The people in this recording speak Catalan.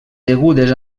degudes